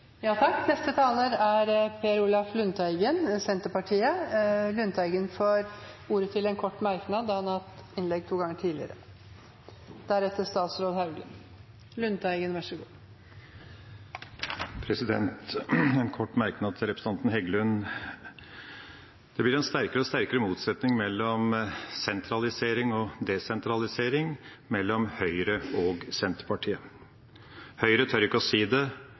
Per Olaf Lundteigen har hatt ordet to ganger tidligere og får ordet til en kort merknad, begrenset til 1 minutt. En kort merknad til representanten Heggelund: Det blir en sterkere og sterkere motsetning mellom sentralisering og desentralisering, mellom Høyre og Senterpartiet. Høyre tør ikke